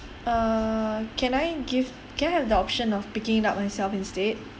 err can I give can I have the option of picking it up myself instead